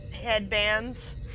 headbands